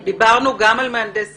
דיברנו גם על מהנדס העיר,